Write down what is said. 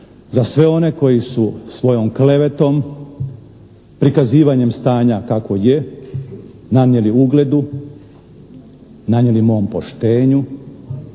za sve one koji su svojom klevetom, prikazivanjem stanja kakvo je nanijeli ugledu, nanijeli mom poštenju,